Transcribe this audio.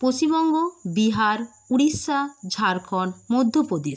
Paschimbanga Bihar Orissa Jharkhand Madhya Pradesh